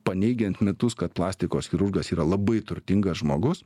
paneigian mitus kad plastikos chirurgas yra labai turtingas žmogus